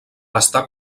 està